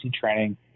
training